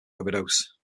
overdose